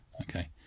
okay